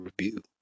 review